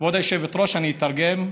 כבוד היושבת-ראש, אני אתרגם,